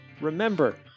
remember